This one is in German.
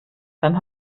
beim